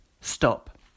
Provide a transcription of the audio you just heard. Stop